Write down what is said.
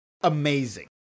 amazing